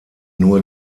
nur